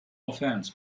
offense